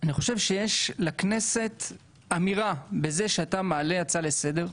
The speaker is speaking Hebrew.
אני חושב שיש לכנסת אמירה בזה שאתה מעלה הצעה לסדר,